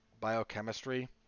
biochemistry